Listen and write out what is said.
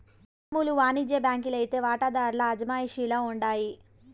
మామూలు వానిజ్య బాంకీ లైతే వాటాదార్ల అజమాయిషీల ఉండాయి